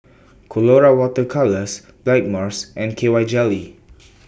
Colora Water Colours Blackmores and K Y Jelly